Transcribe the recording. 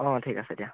অঁ ঠিক আছে দিয়া